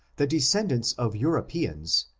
the descendants of europeans,